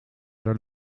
oder